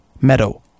Meadow